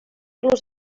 los